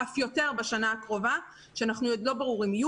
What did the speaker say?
ואף יותר בשנה הקרובה כאשר עוד לא ברור אם יהיו